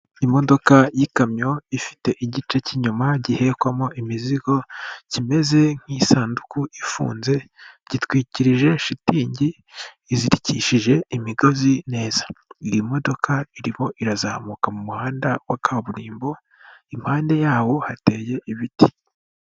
Imodoka y'ikamyo ifite igice cy'inyuma gihekwamo imizigo kimeze nk'isanduku ifunze, gitwikirije shitingi, izirikishije imigozi neza. Iyi modoka irimo irazamuka mu muhanda wa kaburimbo, impande yawo hateye ibiti.